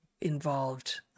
involved